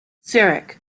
zurich